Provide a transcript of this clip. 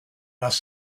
hast